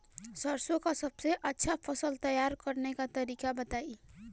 सरसों का सबसे अच्छा फसल तैयार करने का तरीका बताई